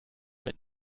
mit